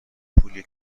پولیه